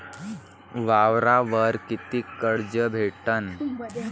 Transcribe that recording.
वावरावर कितीक कर्ज भेटन?